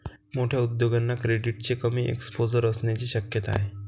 मोठ्या उद्योगांना क्रेडिटचे कमी एक्सपोजर असण्याची शक्यता आहे